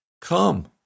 Come